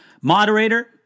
Moderator